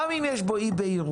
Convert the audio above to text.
גם אם יש בו אי בהירות,